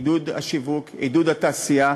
עידוד השיווק, עידוד התעשייה,